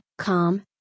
calm